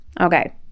Okay